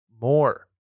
more